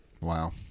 Wow